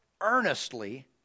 earnestly